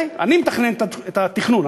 אני מתכנן את התכנון,